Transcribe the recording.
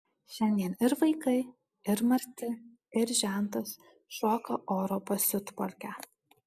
šiandien ir vaikai ir marti ir žentas šoka oro pasiutpolkę